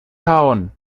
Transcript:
hauen